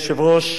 אדוני היושב-ראש,